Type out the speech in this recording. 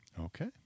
Okay